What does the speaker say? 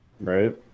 right